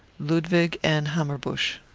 ludwig and hammerbusch.